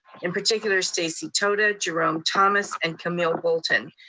in particular, stacey toda, jerome thomas, and cimille walton,